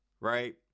right